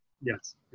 Yes